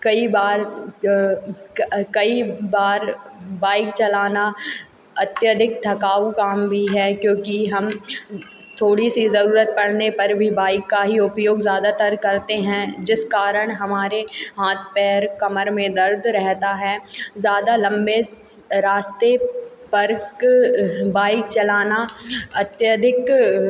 कई बार जो कई बार बाइक चलाना अत्यधिक थकाऊ काम भी है क्योंकि हम थोड़ी सी ज़रूरत पड़ने पर भी बाइक का ही उपयोग ज़्यादातर करते हैं जिस कारण हमारे हाथ पैर कमर में दर्द रहता है ज़्यादा लंबे रास्ते पर बाइक चलाना अत्यधिक